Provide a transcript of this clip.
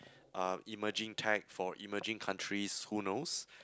uh emerging tech for emerging countries who knows